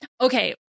Okay